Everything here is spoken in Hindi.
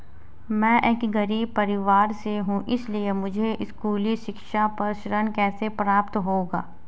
मैं एक गरीब परिवार से हूं इसलिए मुझे स्कूली शिक्षा पर ऋण कैसे प्राप्त होगा?